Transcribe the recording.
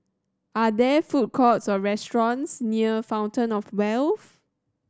are there food courts or restaurants near Fountain Of Wealth